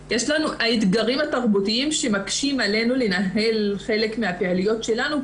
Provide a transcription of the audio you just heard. ושמקשים עלינו לנהל חלק מן הפעילויות שלנו,